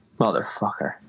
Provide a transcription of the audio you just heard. Motherfucker